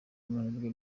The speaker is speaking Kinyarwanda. amahirwe